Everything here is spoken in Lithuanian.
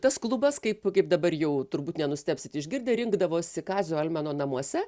tas klubas kaip kaip dabar jau turbūt nenustebsit išgirdę rinkdavosi kazio almeno namuose